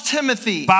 Timothy